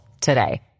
today